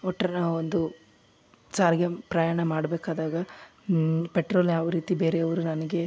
ಒಟ್ರೆ ನಾವೊಂದು ಸಾರಿಗೆ ಪ್ರಯಾಣ ಮಾಡಬೇಕಾದಾಗ ಪೆಟ್ರೋಲ್ ಯಾವ ರೀತಿ ಬೇರೆಯವ್ರು ನನಗೆ